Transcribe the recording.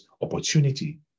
opportunity